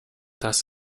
das